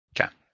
Okay